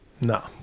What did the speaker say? No